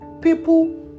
people